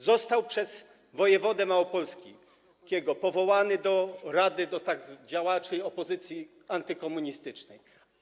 Został on przez wojewodę małopolskiego powołany do rady działaczy opozycji antykomunistycznej.